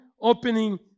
opening